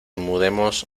mudemos